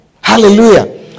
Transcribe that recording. hallelujah